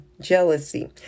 jealousy